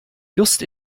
just